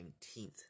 19th